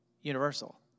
Universal